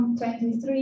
23